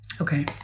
Okay